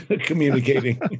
communicating